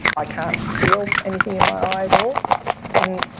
i can't feel anything in my eye at all. and